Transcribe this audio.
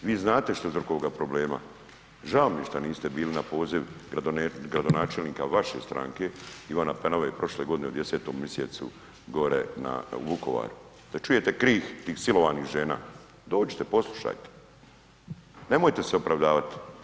Vi znate što je uzrok ovoga problema, žao mi je što niste bili na poziv gradonačelnika vaše stranke Ivana Penave prošle godine u 20.-tom mjesecu gore u Vukovaru da čujete krik tih silovanih žena, dođite, poslušajte, nemojte se opravdavati.